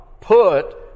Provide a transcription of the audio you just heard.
put